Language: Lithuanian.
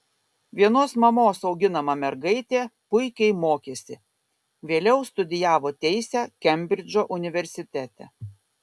vienos mamos auginama mergaitė puikiai mokėsi vėliau studijavo teisę kembridžo universitete